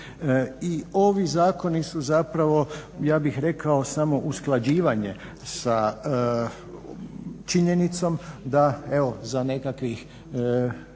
I ovi zakoni su zapravo ja bih rekao samo usklađivanje sa činjenicom da evo